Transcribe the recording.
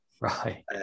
right